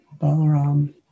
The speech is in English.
Balaram